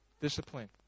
discipline